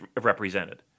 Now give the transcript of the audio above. represented